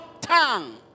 tongue